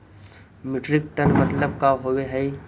Metric tonne मतलब का होव हइ?